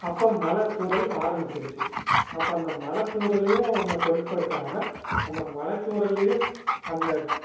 அப்போ மழை தூரல் ஆரமிச்சுருச்சு அப்போ அந்த மழை தூரலையும் இவங்க பொருட்படுத்தாமல் அந்த மழை தூரல்லையும் அந்த